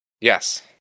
Yes